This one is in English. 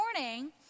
morning